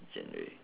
genre